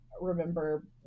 remember